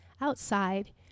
outside